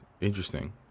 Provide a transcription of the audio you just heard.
Interesting